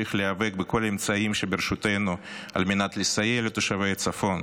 נמשיך להיאבק בכל האמצעים שברשותנו על מנת לסייע לתושבי הצפון.